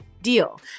deal